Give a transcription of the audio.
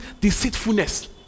deceitfulness